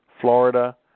Florida